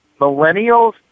millennials